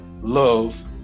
Love